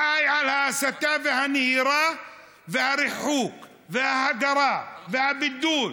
חי על ההסתה והנהירה והריחוק וההדרה והבידול.